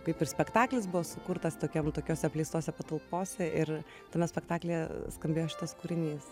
kaip ir spektaklis buvo sukurtas tokiam tokiose apleistose patalpose ir tame spektaklyje skambėjo šitas kūrinys